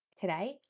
Today